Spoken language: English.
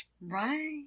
right